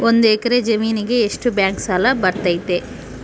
ಒಂದು ಎಕರೆ ಜಮೇನಿಗೆ ಎಷ್ಟು ಬ್ಯಾಂಕ್ ಸಾಲ ಬರ್ತೈತೆ?